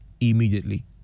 immediately